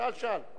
שאל, שאל.